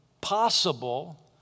possible